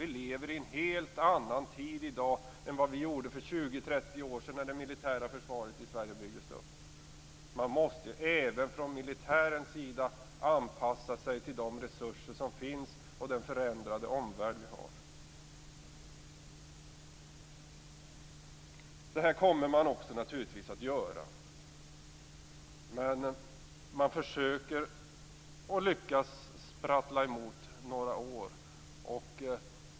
Vi lever i en helt annan tid i dag än vad vi gjorde för 20 30 år sedan, när det militära försvaret i Sverige byggdes upp. Man måste även från militärens sida anpassa sig till de resurser som finns och den förändrade omvärld vi har. Detta kommer man naturligtvis också att göra. Men man försöker, och lyckas, sprattla emot några år.